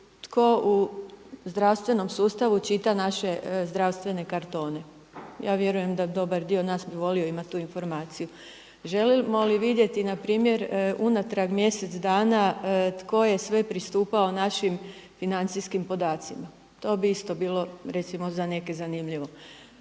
tko u zdravstvenom sustavu čita naše zdravstvene kartone? Ja vjerujem da dobar dio nas bi volio imati tu informaciju. Želimo li vidjeti na primjer unatrag mjesec dana tko je sve pristupao našim financijskim podacima, to bi isto bilo recimo za neke zanimljivo.